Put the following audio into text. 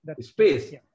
space